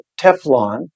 Teflon